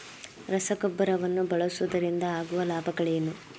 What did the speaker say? ರಸಗೊಬ್ಬರವನ್ನು ಬಳಸುವುದರಿಂದ ಆಗುವ ಲಾಭಗಳೇನು?